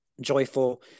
joyful